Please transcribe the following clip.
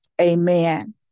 Amen